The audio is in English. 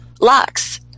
locks